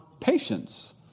patience